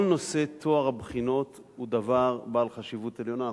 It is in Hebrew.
כל נושא טוהר הבחינות הוא דבר בעל חשיבות עליונה.